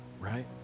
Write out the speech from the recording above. right